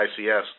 ICS